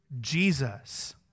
Jesus